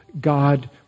God